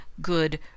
good